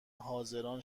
حاضران